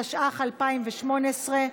התשע"ח 2018,